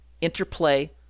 interplay